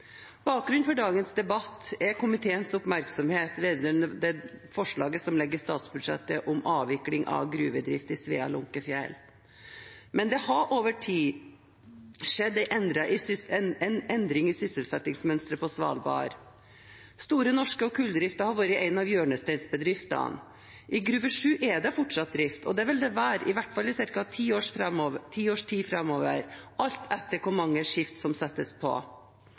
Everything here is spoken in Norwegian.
Bakgrunnen for dagens debatt er komiteens oppmerksomhet vedrørende det forslaget som ligger i statsbudsjettet om avvikling av gruvedrift i Svea/Lunckefjell. Men det har over tid skjedd en endring i sysselsettingsmønsteret på Svalbard. Store Norske og kulldriften har vært en av hjørnesteinsbedriftene. I Gruve 7 er det fortsatt drift, og det vil det være, i hvert fall i ca. ti års tid framover, alt etter som hvor mange skift som settes på.